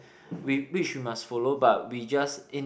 we which we must follow but we just